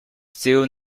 still